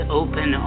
open